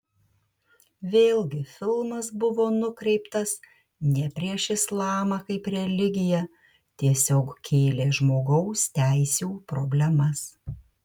vėlgi filmas buvo nukreiptas ne prieš islamą kaip religiją tiesiog kėlė žmogaus teisių problemas